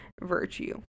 virtue